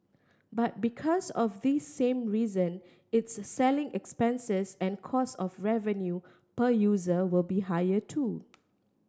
but because of this same reason its selling expenses and cost of revenue per user will be higher too